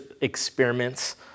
experiments